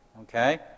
Okay